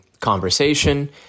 conversation